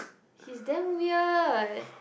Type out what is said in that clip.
he's damn weird